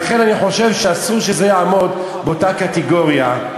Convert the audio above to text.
לכן, אני חושב שאסור שזה יעמוד באותה קטגוריה.